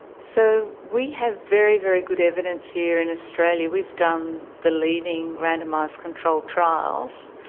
so we have very, very good evidence here in australia, we've done the leading randomised controlled trials,